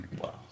Wow